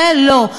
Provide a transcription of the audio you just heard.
זה לא.